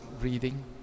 reading